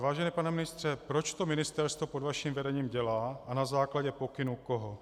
Vážený pane ministře, proč to ministerstvo pod vaším vedením dělá a na základě pokynu koho?